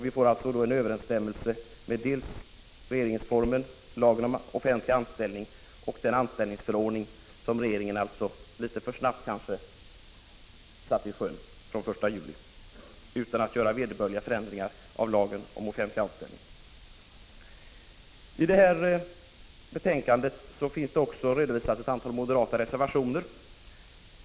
Vi får en överensstämmelse med regeringsformen, lagen om offentlig anställning och den anställningsförordning som regeringen -— litet för snabbt kanske — satt i sjön från den 1 juli utan att göra vederbörliga förändringar i lagen om offentlig anställning. I detta betänkande finns också redovisade ett antal moderata reservationer.